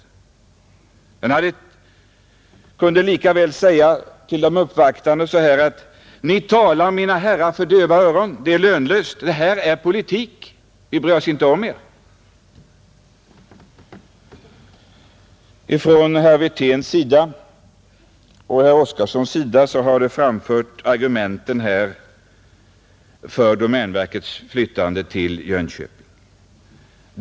Utskottet kunde lika väl säga till de uppvaktande: Ni talar för döva öron, det är lönlöst — det här är politik, vi bryr oss inte om er. Herrar Wirtén och Oskarson har framfört argumenten för domänverkets förläggning till Jönköping.